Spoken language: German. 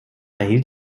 erhielt